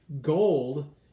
gold